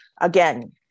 again